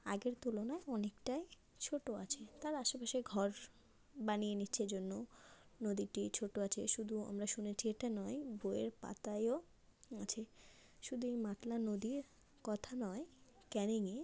আগের তুলনায় অনেকটায় ছোটো আছে তার আশেপাশে ঘর বানিয়ে নিচ্ছে জন্য নদীটি ছোটো আছে শুধু আমরা শুনেছি এটা নয় বইয়ের পাতায়ও আছে শুধু এই মাতলা নদীর কথা নয় ক্যানিংয়ে